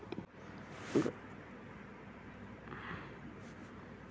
पर्यायी किंवा non banking वित्तीय सेवांकडसून घेतलेल्या कर्जाचो व्याजाचा दर खेच्यार अवलंबून आसता?